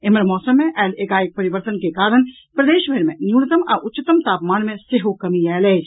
एम्हर मौसम मे आयल एकाएक परिवर्तन के कारण प्रदेश भरि मे न्यूनतम आ उच्चतम तापमान मे सेहो कमी आयल अछि